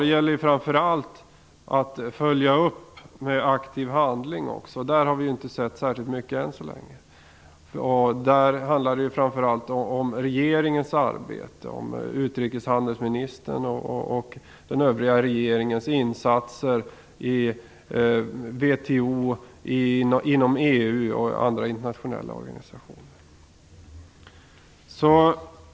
Det gäller framför allt att följa upp, också med aktiv handling. Det har vi inte sett särskilt mycket av än så länge. Det handlar framför allt om regeringens arbete, om utrikeshandelsministerns och den övriga regeringens insatser i WTO, inom EU och i andra internationella organisationer.